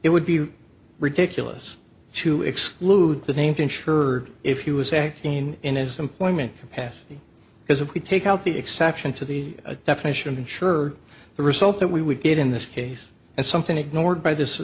it would be ridiculous to exclude the named insured if he was acting in his employment capacity because if we take out the exception to the definition of insured the result that we would get in this case and something ignored by this